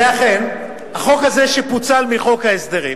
ואכן, החוק הזה פוצל מחוק ההסדרים